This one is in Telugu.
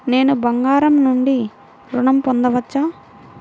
నేను బంగారం నుండి ఋణం పొందవచ్చా?